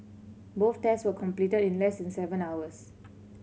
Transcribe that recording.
both tests were completed in less than seven hours